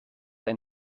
ein